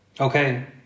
Okay